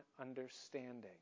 understanding